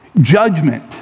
Judgment